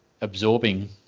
absorbing